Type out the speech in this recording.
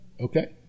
Okay